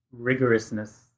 rigorousness